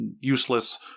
useless